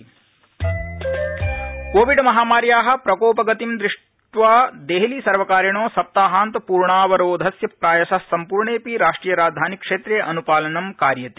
संचाररोधादेश कोविडमहामार्या प्रकोपगति दृष्ट्वा देहलीसर्वकारेण सप्ताहान्त पूर्णावरोधस्य प्रायश सम्पूर्णेंऽपि राष्ट्रियराजधानी क्षेत्रे अन्पालनं क्रियते